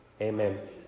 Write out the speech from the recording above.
amen